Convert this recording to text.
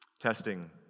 Testing